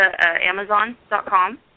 Amazon.com